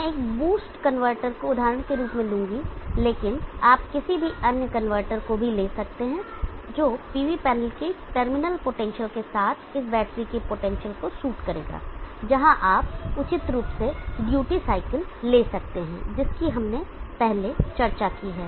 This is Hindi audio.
मैं एक बूस्ट कन्वर्टर को उदाहरण के रूप में लूंगा लेकिन आप किसी अन्य कनवर्टर को भी ले सकते हैं जो PV पैनल की टर्मिनल पोटेंशियल के साथ इस बैटरी के पोटेंशियल को सूट करेगा जहां आप उचित रूप से ड्यूटी साइकिल ले सकते हैं जिसकी हमने पहले चर्चा की है